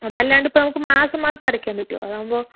അതല്ലാണ്ട് നമുക്ക് മാസം മാസം അടക്കാൻ പറ്റുവോ അതാകുമ്പോൾ